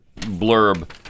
blurb